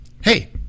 Hey